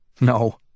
No